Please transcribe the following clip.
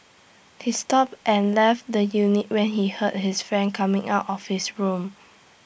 he stopped and left the unit when he heard his friend coming out of his room